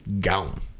gone